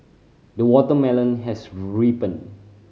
the watermelon has ripened